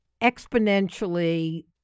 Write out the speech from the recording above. exponentially